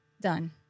done